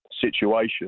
situation